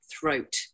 throat